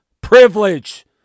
privilege